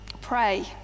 Pray